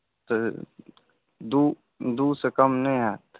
तऽ दूसे कम नहि हैत